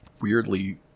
weirdly